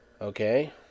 Okay